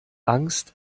angst